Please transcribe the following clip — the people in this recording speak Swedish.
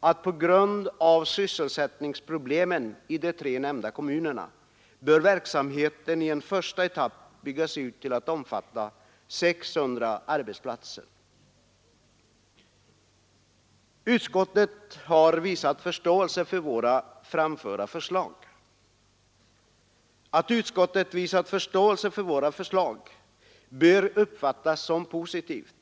att på grund av sysselsättningsproblemen i de tre nämnda kommunerna bör verksamheten i en första etapp byggas ut till att omfatta 600 arbetsplatser. Utskottet har visat förståelse för våra framförda förslag, vilket bör uppfattas som positivt.